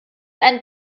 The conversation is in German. ein